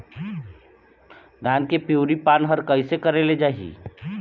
धान के पिवरी पान हर कइसे करेले जाही?